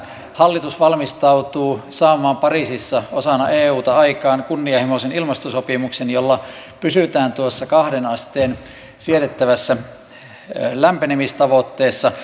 hallitus valmistautuu saamaan pariisissa osana euta aikaan kunnianhimoisen ilmastosopimuksen jolla pysytään tuossa kahden asteen siedettävässä lämpenemistavoitteessa